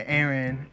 Aaron